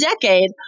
decade